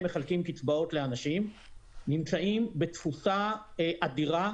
מחלקים קצבאות לאנשים נמצאים בתפוסה אדירה,